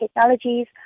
Technologies